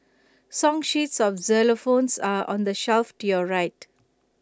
song sheets for xylophones are on the shelf to your right